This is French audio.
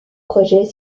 projets